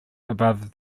above